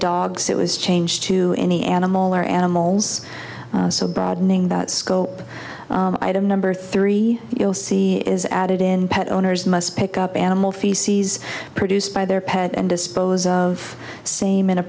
dogs it was changed to any animal or animals so broadening that scope item number three you'll see is added in pet owners must pick up animal feces produced by their pet and dispose of same in a